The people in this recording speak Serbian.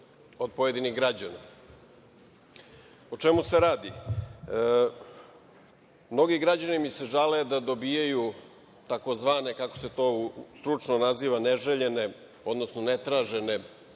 od pojedinih građana. O čemu se radi? Mnogi građani mi se žale da dobijaju, takozvane kako se to stručno naziva neželjene, odnosno ne traženu